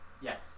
yes